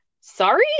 sorry